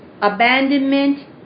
abandonment